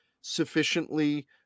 sufficiently